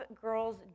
girls